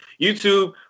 YouTube